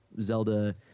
zelda